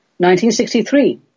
1963